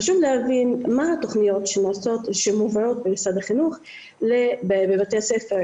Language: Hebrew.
חשוב להבין מה התוכניות שמובאות במשרד החינוך בבתי הספר,